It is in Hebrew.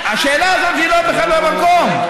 השאלה הזאת בכלל לא במקום.